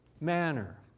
manner